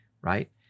right